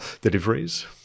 deliveries